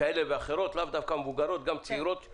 כאלה ואחרות, לאו דווקא מבוגרות, גם צעירות.